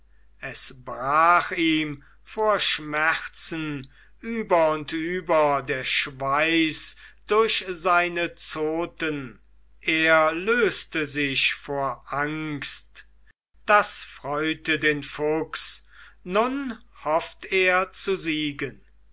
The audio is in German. es brach ihm vor schmerzen über und über der schweiß durch seine zotten er löste sich vor angst das freute den fuchs nun hofft er zu siegen